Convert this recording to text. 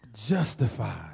justified